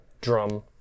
drum